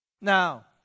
Now